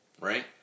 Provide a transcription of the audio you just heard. right